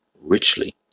richly